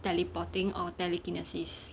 teleporting or telekinesis